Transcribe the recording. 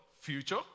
future